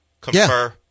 confer